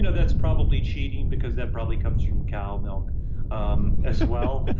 yeah that's probably cheating because that probably comes from cow milk um as well